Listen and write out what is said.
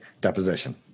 deposition